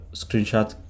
screenshot